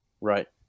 Right